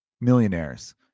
millionaires